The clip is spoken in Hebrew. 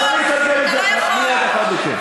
אז אני אתרגם את זה מייד לאחר מכן.